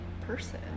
person